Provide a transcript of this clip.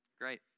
Great